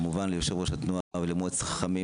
אני כמובן מודה ליושב-ראש התנועה ולמועצת החכמים